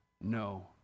no